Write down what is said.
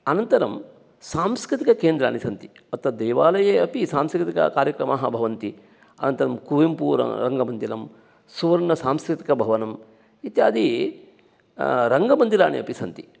अनन्तरं सांस्कृतिककेन्द्रानि सन्ति अत्र देवालये अपि सांस्कृतिककार्यक्रमाः भवन्ति अनन्तरं कूवेम्पूररङ्गमन्दिरं सुवर्णसांस्कृतिकभवनम् इत्यादि रङ्गमन्दिराणि अपि सन्ति